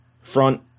front